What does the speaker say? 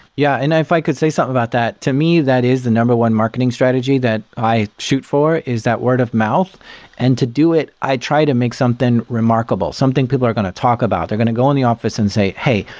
yeah, and if i could say something about that, to me that is the number one marketing strategy that i shoot for is that word-of-mouth. and to do it, i try to make something remarkable, something people are going to talk about. they're going to go in the office and say, hey,